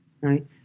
right